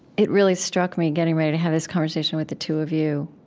it really struck me, getting ready to have this conversation with the two of you,